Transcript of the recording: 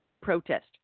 protest